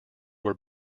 were